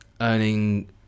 earning